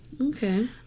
Okay